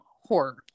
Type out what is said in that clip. horror